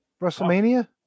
WrestleMania